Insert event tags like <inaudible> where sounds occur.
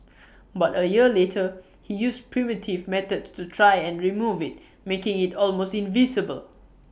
<noise> but A year later he used primitive methods to try and remove IT making IT almost invisible